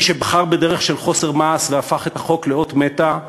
האיש שבחר בדרך של חוסר מעש והפך את החוק לאות מתה,